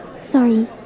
Sorry